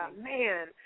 man